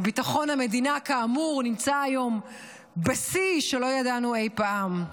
וביטחון המדינה כאמור נמצא היום בשיא שלא ידענו אי-פעם.